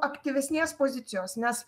aktyvesnės pozicijos nes